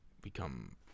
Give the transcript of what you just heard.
become